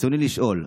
ברצוני לשאול: